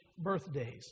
birthdays